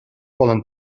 poden